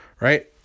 right